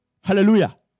Hallelujah